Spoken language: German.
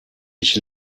ich